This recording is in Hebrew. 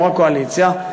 יו"ר הקואליציה,